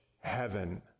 heaven